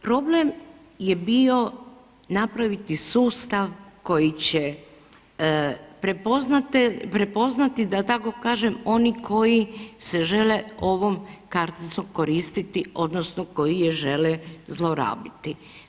Problem je bio napraviti sustav koji će prepoznati da tako kažem oni koji se žele ovom karticom koristiti odnosno koji je žele zlorabiti.